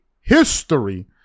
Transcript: history